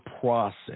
process